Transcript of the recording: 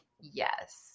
Yes